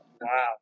Wow